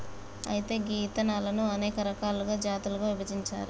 అయితే గీ ఇత్తనాలను అనేక రకాలుగా జాతులుగా విభజించారు